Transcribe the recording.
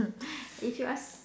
if you ask